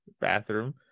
bathroom